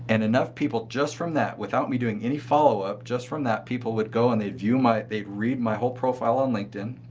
and enough people, just from that without me doing any follow up just from that people would go and they view my they've read my whole profile on linkedin,